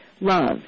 love